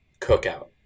cookout